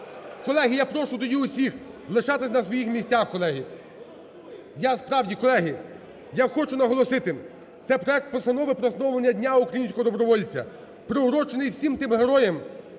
Колеги, я прошу тоді усіх лишатись на своїх місцях, колеги. Я справді… Колеги, я хочу наголосити, це проект Постанови про встановлення Дня українського добровольця, приурочений всім тим героям.